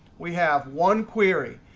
we have one query.